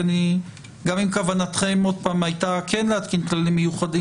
אז גם אם כוונתכם הייתה כן להתקין כללים מיוחדים,